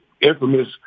infamous